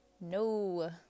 No